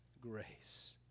grace